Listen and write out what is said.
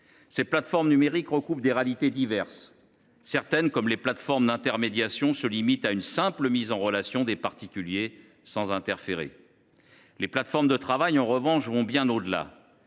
Ces plateformes numériques recouvrent des réalités diverses. Certaines, comme les plateformes d’intermédiation, se limitent à une simple mise en relation des particuliers, sans interférer. Les plateformes de travail, en revanche, vont bien au delà.